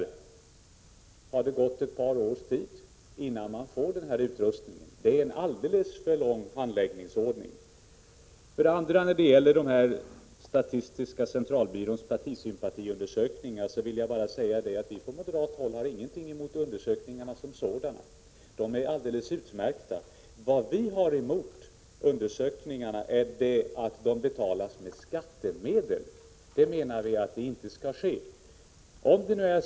Det hinner då förflyta ett par år innan man kan få utrustningen i fråga. Det är en alldeles för invecklad handläggningsordning. Vad vidare beträffar statistiska centralbyråns partisympatiundersökningar vill jag säga att vi på moderat håll inte har någonting emot undersökningarna som sådana. De är alldeles utmärkta. Vad vi har emot undersökningarna är att de betalas med skattemedel. Vi menar att så inte skall vara fallet.